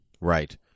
Right